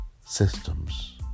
systems